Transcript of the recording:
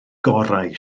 gorau